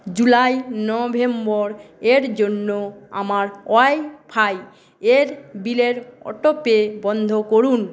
July November এর জন্য আমার ওয়াইফাই এর বিলের অটো পে বন্ধ করুন